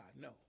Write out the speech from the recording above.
No